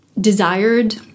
desired